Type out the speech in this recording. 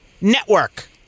network